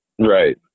Right